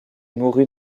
mourut